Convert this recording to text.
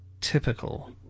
typical